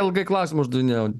ilgai klausimą uždavinėjau